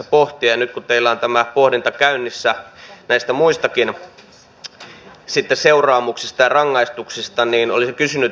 ja nyt kun teillä on tämä pohdinta käynnissä näistä muistakin seuraamuksista ja rangaistuksista niin olisin kysynyt